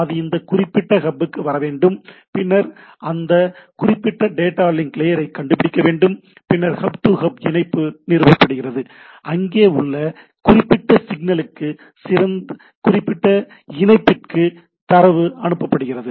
அது அந்த குறிப்பிட்ட ஹப் க்கு வர வேண்டும் பின்னர் அந்த குறிப்பிட்ட டேட்டா லிங்க் லேயரை கண்டுபிடிக்கவேண்டும் பின்னர் ஹப் டு ஹப் இணைப்பு நிறுவப்படுகிறது அங்கே உள்ள குறிப்பிட்ட சிக்னலுக்கு குறிப்பிட்ட இணைப்பிற்கு தரவு அனுப்பப்படுகிறது